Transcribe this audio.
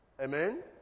Amen